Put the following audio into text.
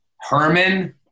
Herman